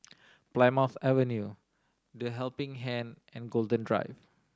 Plymouth Avenue The Helping Hand and Golden Drive